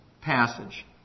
passage